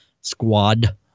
squad